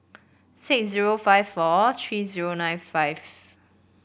six zero five four tree zero nine five